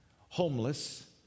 homeless